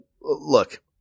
look